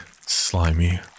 slimy